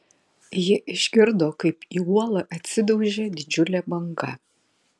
ji išgirdo kaip į uolą atsidaužė didžiulė banga